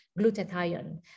glutathione